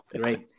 great